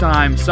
Time